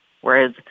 whereas